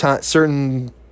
certain